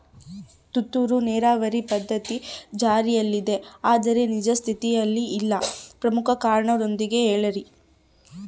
ತುಂತುರು ನೇರಾವರಿ ಪದ್ಧತಿ ಜಾರಿಯಲ್ಲಿದೆ ಆದರೆ ನಿಜ ಸ್ಥಿತಿಯಾಗ ಇಲ್ಲ ಪ್ರಮುಖ ಕಾರಣದೊಂದಿಗೆ ಹೇಳ್ರಿ?